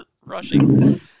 rushing